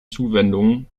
zuwendungen